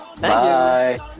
Bye